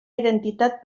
identitat